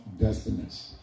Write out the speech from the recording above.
destinies